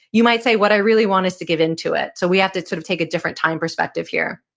you might say, what i really want is to give in to it. so we have to sort of take a different time perspective here.